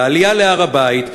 לעלייה להר-הבית,